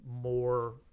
more